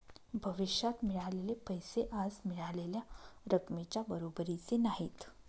भविष्यात मिळालेले पैसे आज मिळालेल्या रकमेच्या बरोबरीचे नाहीत